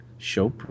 show